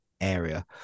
area